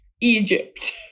Egypt